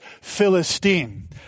Philistine